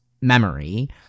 memory